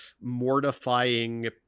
mortifying